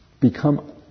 become